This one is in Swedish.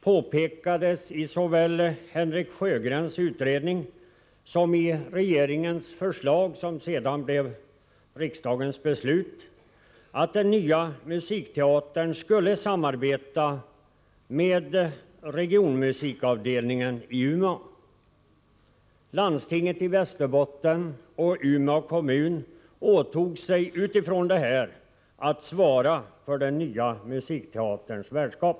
I samband med såväl Henrik Sjögrens utredning som regeringens förslag — vilket sedan blev riksdagens beslut — påpekades att den nya musikteatern skulle samarbeta med regionmusikavdelningen i Umeå. Landstinget i Västerbottens län och Umeå kommun åtog sig att utifrån den utgångspunkten svara för den nya musikteaterns värdskap.